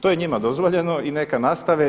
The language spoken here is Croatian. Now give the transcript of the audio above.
To je njima dozvoljeno i neka nastave.